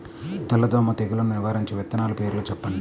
తెల్లదోమ తెగులును నివారించే విత్తనాల పేర్లు చెప్పండి?